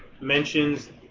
mentions